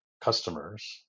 customers